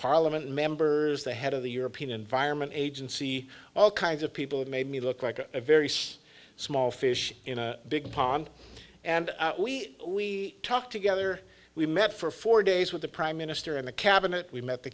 parliament members the head of the european environment agency all kinds of people it made me look like a very small small fish in a big pond and we we talked together we met for four days with the prime minister and the cabinet we